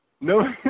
No